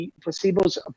Placebo's